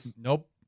nope